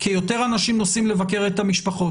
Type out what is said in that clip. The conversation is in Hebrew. כי יותר אנשים נוסעים לבקר את המשפחות